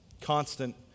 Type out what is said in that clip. constant